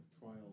trial